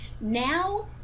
now